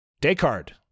Descartes